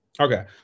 Okay